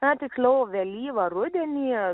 na tiksliau vėlyvą rudenį